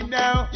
now